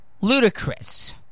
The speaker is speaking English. ludicrous